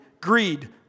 greed